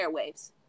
airwaves